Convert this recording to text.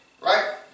right